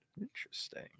Interesting